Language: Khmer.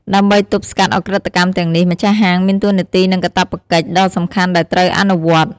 ដើម្បី ទប់ស្កាត់ឧក្រិដ្ឋកម្ម ទាំងនេះ ម្ចាស់ហាង មាន តួនាទី និង កាតព្វកិច្ច ដ៏សំខាន់ដែលត្រូវ អនុវត្ត។